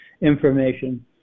information